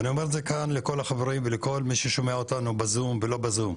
אני אומר את זה כאן לכל החברים ולכל מי ששומע אותנו בזום ולא בזום,